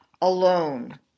alone